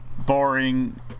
boring